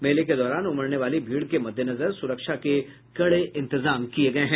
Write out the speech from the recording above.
मेले के दौरान उमड़ने वाली भीड़ के मद्देनजर सुरक्षा के कड़े इंतजाम किये गये हैं